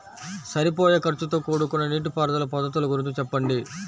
సరిపోయే ఖర్చుతో కూడుకున్న నీటిపారుదల పద్ధతుల గురించి చెప్పండి?